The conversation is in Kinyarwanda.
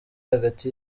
hagati